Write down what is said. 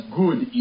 good